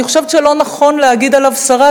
אני חושבת שלא נכון להגיד עליו שרד,